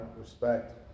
respect